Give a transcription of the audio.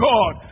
God